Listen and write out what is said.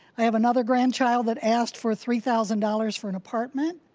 i have another grandchild that asked for three thousand dollars for an apartment,